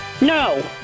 No